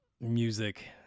music